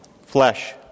flesh